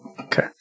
Okay